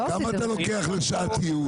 זאב, כמה אתה לוקח לשעת ייעוץ?